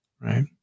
right